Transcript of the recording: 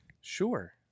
Sure